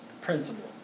principle